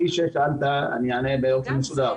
אענה באופן מסודר.